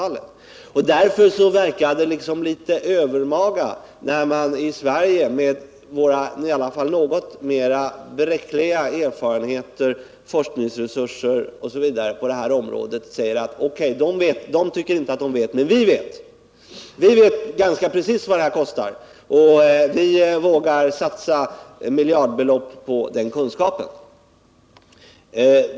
Därför verkar det litet övermaga när man i Sverige med våra i alla fall något mer bräckliga erfarenheter, forskningsresurser osv. på detta område säger: O.K., amerikanerna tycker inte att de vet, men vi vet ganska precis vad det här kostar, och vi vågar satsa miljardbelopp på den kunskapen.